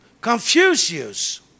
Confucius